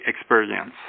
experience